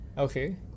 Okay